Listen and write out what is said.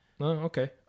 Okay